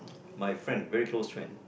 my friend very close friend